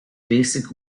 basic